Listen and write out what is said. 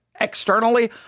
externally